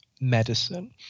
medicine